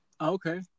Okay